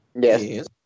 Yes